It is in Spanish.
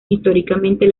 históricamente